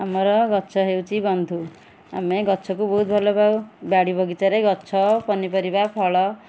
ଆମର ଗଛ ହେଉଛି ବନ୍ଧୁ ଆମେ ଗଛକୁ ବହୁତ ଭଲପାଉ ବାଡ଼ି ବଗିଚାରେ ଗଛ ପନିପରିବା ଫଳ